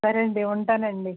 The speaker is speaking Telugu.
సరే అండి ఉంటానండి